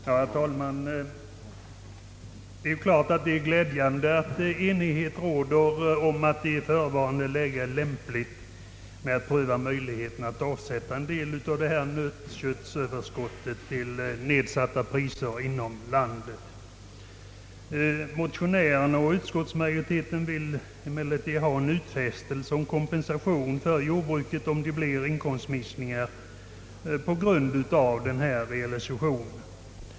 Herr talman! Det är klart att det är glädjande att enighet råder om lämpligheten av att i förevarande läge pröva möjligheterna att omsätta en del av nötköttsöverskottet till nedsatta priser inom landet. Motionärerna och utskottsmajorite. ten vill emellertid ha en utfästelse om kompensation till jordbruket, om det blir inkomstminskningar på grund av denna realisation.